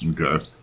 Okay